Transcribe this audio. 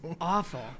awful